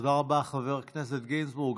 תודה רבה, חבר הכנסת גינזבורג.